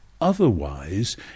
Otherwise